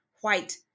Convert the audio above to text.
white